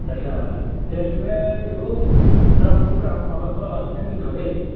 आच्चा दे नों बेखौ रावनोबो ग्राहक माबा खालामालासेनो दोनथ' दै